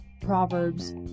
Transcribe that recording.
Proverbs